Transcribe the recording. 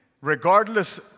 regardless